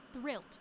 thrilled